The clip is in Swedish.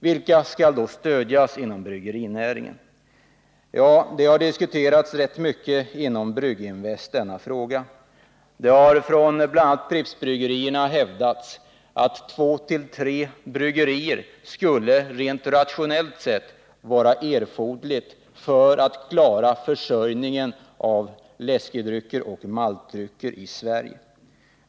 Vilka skall då stödjas inom bryggerinäringen? Ja, denna fråga har diskuterats rätt mycket inom Brygginvest. Det har, bl.a. från Prippsbryggerierna, hävdats att rent rationellt sett skulle två tre bryggerier klara försörjningen av läskedrycker och maltdrycker i Sverige.